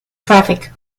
traffic